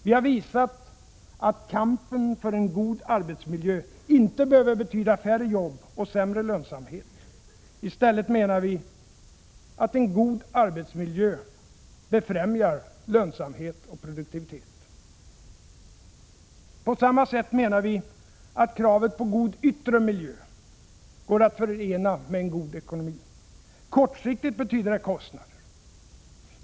Vi har visat att kampen för en god arbetsmiljö inte behöver betyda färre jobb och sämre lönsamhet. I stället menar vi att en god arbetsmiljö befrämjar lönsamhet och produktivitet. På samma sätt menar vi att kravet på god yttre miljö går att förena med en god ekonomi. Kortsiktigt betyder det kostnader.